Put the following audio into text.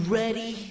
ready